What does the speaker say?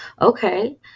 okay